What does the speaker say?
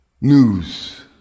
news